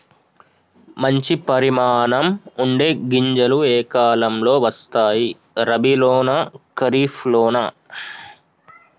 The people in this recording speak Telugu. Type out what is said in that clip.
మంచి పరిమాణం ఉండే గింజలు ఏ కాలం లో వస్తాయి? రబీ లోనా? ఖరీఫ్ లోనా?